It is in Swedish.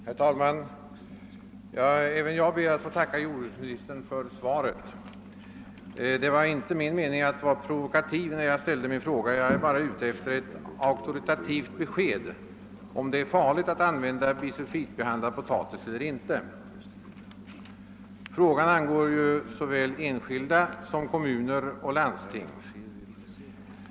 Herr talman! Även jag ber att få tacka jordbruksministern för svaret. Det var inte min meing att vara provokativ när jag ställde min fråga; jag är bara ute efter ett auktoritatict besked, huruvida det är farligt att använda bisulfitbehandlad potatis eller inte. Den saken angår såväl enskilda som kommuner och landsting.